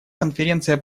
конференция